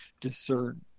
discern